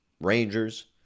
Rangers